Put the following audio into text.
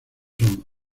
son